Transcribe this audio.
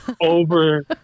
over